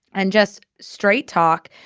and just straight talk,